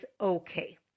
okay